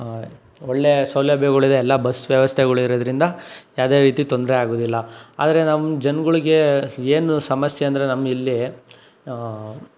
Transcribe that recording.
ಒಳ್ಳೆಯ ಸೌಲಭ್ಯಗಳಿದೆ ಎಲ್ಲ ಬಸ್ ವ್ಯವಸ್ಥೆಗಳಿರೋದ್ರಿಂದ ಯಾವುದೇ ರೀತಿ ತೊಂದರೆ ಆಗೋದಿಲ್ಲ ಆದರೆ ನಮ್ಮ ಜನಗಳಿಗೆ ಏನು ಸಮಸ್ಯೆ ಅಂದರೆ ನಮಗಿಲ್ಲಿ